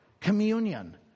communion